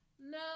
No